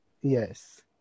Yes